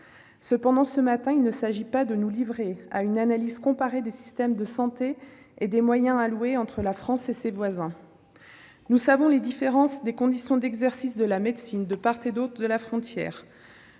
Cependant, ce matin, il ne s'agit pas de nous livrer à une analyse comparée des systèmes de santé et des moyens alloués par la France et ses voisins. Nous savons les différences de conditions d'exercice de la médecine de part et d'autre des frontières